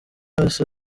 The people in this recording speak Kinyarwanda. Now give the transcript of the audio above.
wese